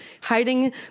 hiding